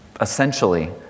essentially